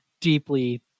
deeply